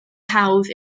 hawdd